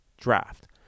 draft